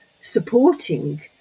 supporting